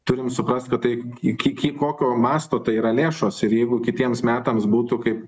turim suprast kad tai iki ki kokio masto tai yra lėšos ir jeigu kitiems metams būtų kaip